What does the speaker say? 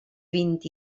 vint